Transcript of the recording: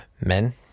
Men